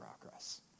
progress